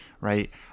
right